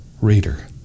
Reader